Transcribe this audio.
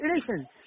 Listen